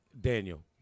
Daniel